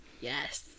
Yes